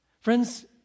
Friends